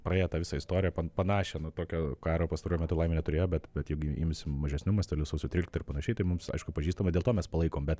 praėję tą visą istoriją panašią nu tokio karo pastaruoju metu laimei neturėjo bet bet jeigu imsim mažesniu masteliu sausio trylikta ir panašiai tai mums aišku pažįstama dėl to mes palaikom bet